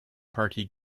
party